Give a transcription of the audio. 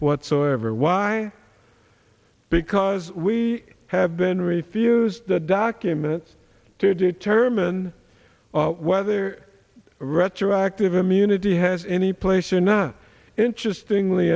whatsoever why because we have been refused the documents to determine whether retroactive immunity has any place or not interesting